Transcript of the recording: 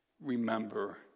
remember